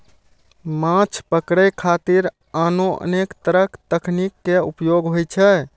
माछ पकड़े खातिर आनो अनेक तरक तकनीक के उपयोग होइ छै